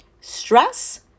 Stress